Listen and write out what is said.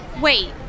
Wait